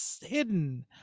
hidden